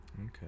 okay